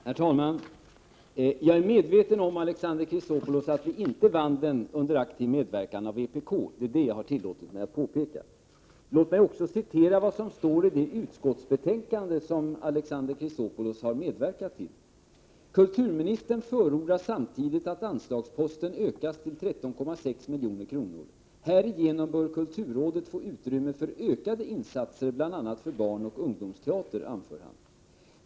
Herr talman! Jag är medveten om att vi inte vann under aktiv medverkan från vpk, Alexander Chrisopoulos. Det är detta jag har tillåtit mig att påpeka. Låt mig också citera vad som står i det utskottsbetänkande som Alexander Chrisopoulos har medverkat till: ”Kulturministern förordar samtidigt att anslagsposten ökas till 13,6 milj.kr. Härigenom bör kulturrådet få utrymme för ökade insatser bl.a. för barnoch ungdomsteater, anför han.